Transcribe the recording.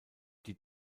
die